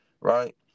Right